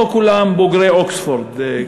לא כולם בוגרי אוקספורד,